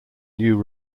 new